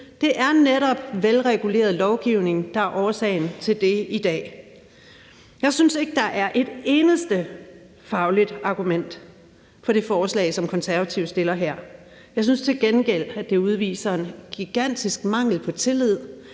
Det er netop velreguleret lovgivning, der er årsagen til det i dag. Jeg synes ikke, der er et eneste fagligt argument for det forslag, som Konservative fremsætter her. Jeg synes til gengæld, at det udviser en gigantisk mangel på tillid